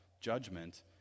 judgment